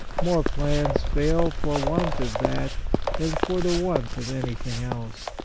more plans fail for want of that than for the want of anything else.